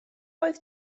oedd